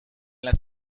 las